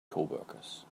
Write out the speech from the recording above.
coworkers